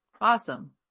Awesome